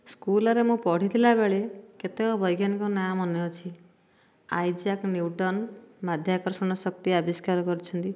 ସ୍କୁଲରେ ମୁଁ ପଢ଼ିଥିଲା ବେଳେ କେତେକ ବୈଜ୍ଞାନିକ ନାଁ ମନେ ଅଛି ଆଇଯାକ୍ ନିଉଟନ୍ ମାଧ୍ୟାକର୍ଷଣ ଶକ୍ତି ଆବିଷ୍କାର କରିଛନ୍ତି